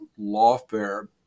lawfare